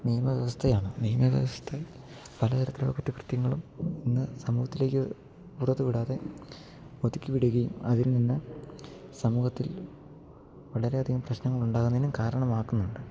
നിയമവ്യവസ്ഥയാണ് നിയമവ്യവസ്ഥ പല തരത്തിലുള്ള കുറ്റ കൃത്യങ്ങളും ഇന്ന് സമൂഹത്തിലേക്ക് പുറത്ത് വിടാതെ ഒതുക്കി വിടുകേം അതിൽ നിന്ന് സമൂഹത്തിൽ വളരെ അധികം പ്രശ്നങ്ങൾ ഉണ്ടാകുന്നേനും കാരണമാക്കുന്നുണ്ട്